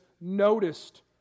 noticed